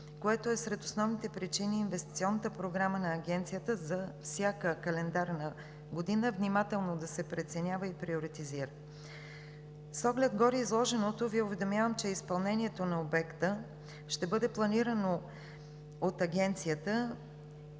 което е сред основните причини Инвестиционната програма на Агенцията за всяка календарна година внимателно да се преценява и приоритизира. С оглед гореизложеното Ви уведомявам, че изпълнението на обекта ще бъде планирано от Агенцията.